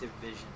vision